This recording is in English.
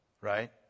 right